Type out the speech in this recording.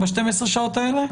ב-12 השעות האלה?